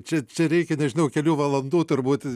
čia čia reikia nežinau kelių valandų turbūt